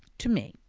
to me,